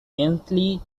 densely